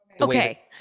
okay